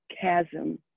chasm